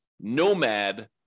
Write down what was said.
nomad